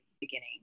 beginning